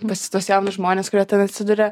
pas tuos jaunus žmones kurie ten atsiduria